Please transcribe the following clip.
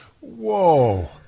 Whoa